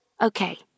Okay